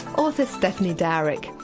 author stephanie dowrick.